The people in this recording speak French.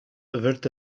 veulent